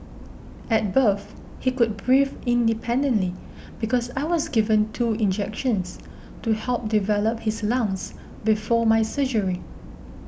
at birth he could breathe independently because I was given two injections to help develop his lungs before my surgery